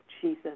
Jesus